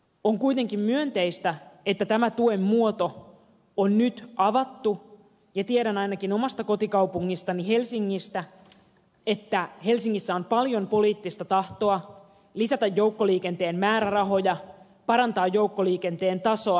on kuitenkin myönteistä että tämä tuen muoto on nyt avattu ja tiedän ainakin omasta kotikaupungistani helsingistä että helsingissä on paljon poliittista tahtoa lisätä joukkoliikenteen määrärahoja parantaa joukkoliikenteen tasoa